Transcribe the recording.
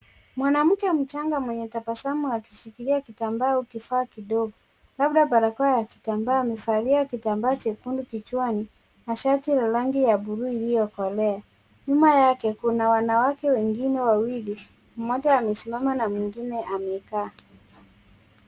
Mwanamke mchanga mwenye tabasamu akishikilia kitambaa au kifaa kidogo, labda barakoa ya kitambaa. Amevalia kitambaa chekundu kichwani na shati la rangi ya bluu iliyokolea. Nyuma yake kuna wanawake wengine wawili, mmoja amesimama na mwingine amekaa.